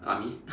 army